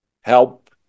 help